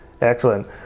Excellent